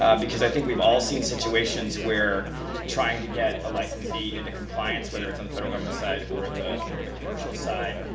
um because i think we've all seen situations where trying to get a licensee into compliance, whether it's on the federal government side or the or the commercial side,